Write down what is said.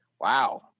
wow